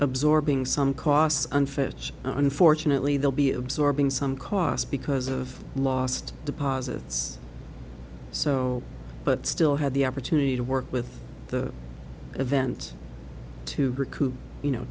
absorbing some costs unfits unfortunately they'll be absorbing some cost because of lost deposits so but still had the opportunity to work with the event to recoup you know